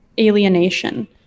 alienation